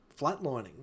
flatlining